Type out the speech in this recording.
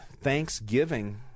Thanksgiving